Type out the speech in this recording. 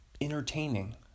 entertaining